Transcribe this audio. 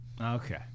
Okay